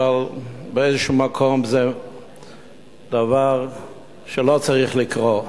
אבל באיזה מקום זה דבר שלא צריך לקרות.